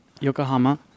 Yokohama